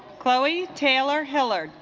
chloe taylor hillard